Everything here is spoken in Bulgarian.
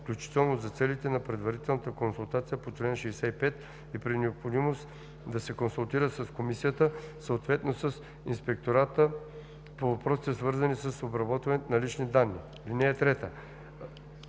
включително за целите на предварителната консултация по чл. 65, и при необходимост да се консултира с комисията, съответно с инспектората по въпросите, свързани с обработването на лични данни. (3)